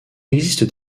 existe